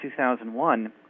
2001